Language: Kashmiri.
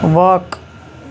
وق